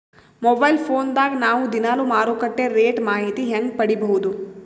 Mobile phone ದಾಗ ನಾವು ದಿನಾಲು ಮಾರುಕಟ್ಟೆ ರೇಟ್ ಮಾಹಿತಿ ಹೆಂಗ ಪಡಿಬಹುದು?